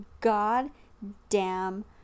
goddamn